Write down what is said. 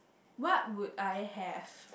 what would I have